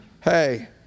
hey